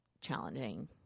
challenging